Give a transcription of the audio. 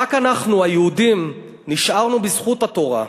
רק אנחנו היהודים נשארנו, בזכות התורה.